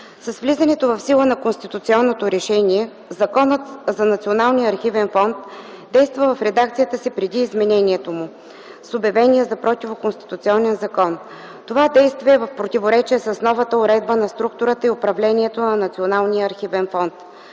С влизането в сила на конституционното решение Законът за Националния архивен фонд действа в редакцията си преди изменението му с обявения за противоконституционен закон. Това действие е в противоречие с новата уредба на структурата и управлението на Националния